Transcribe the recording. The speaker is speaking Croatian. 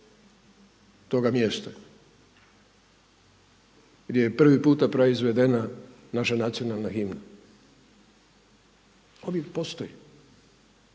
toga mjesta gdje je prvi puta praizvedena naša nacionalna himna oni postoje